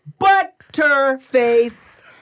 butterface